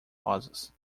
rosas